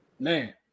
Man